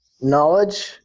Knowledge